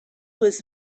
was